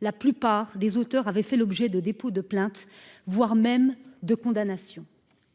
La plupart des auteurs avait fait l'objet de dépôt de plainte, voire même de condamnations